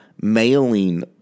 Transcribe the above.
mailing